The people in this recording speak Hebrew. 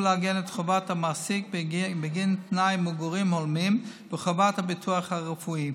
לעגן את חובת המעסיק בגין תנאי מגורים הולמים וחובת הביטוח הרפואי.